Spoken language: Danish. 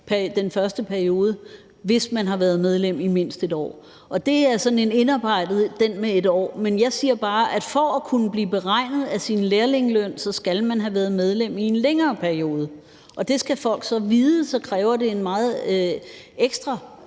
den første periode, hvis man har været medlem i mindst et år. Det med et år er sådan indarbejdet. Men jeg siger bare, at for at det kunne blive beregnet af ens lærlingeløn, skal man have været medlem i en længere periode, og det skal folk så vide, for det kræver så en ekstra